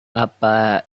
apa